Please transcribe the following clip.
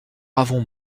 avons